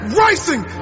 racing